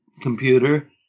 computer